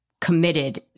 committed